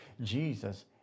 Jesus